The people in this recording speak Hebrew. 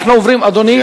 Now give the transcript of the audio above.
אנחנו עוברים, אדוני?